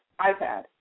iPad